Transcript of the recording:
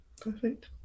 Perfect